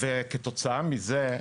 כתוצאה מזה,